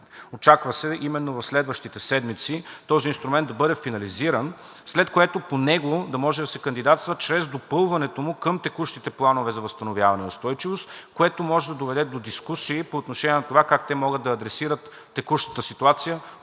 Очаква се именно в следващите седмици този инструмент да бъде финализиран, след което по него да може да се кандидатства чрез допълването му към текущите планове за възстановяване и устойчивост, което може да доведе до дискусии по отношение на това как те могат да адресират текущата ситуация